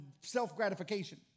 self-gratification